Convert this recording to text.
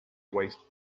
waste